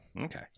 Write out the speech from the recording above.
Okay